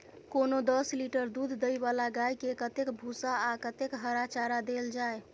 कोनो दस लीटर दूध दै वाला गाय के कतेक भूसा आ कतेक हरा चारा देल जाय?